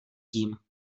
tím